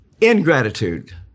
ingratitude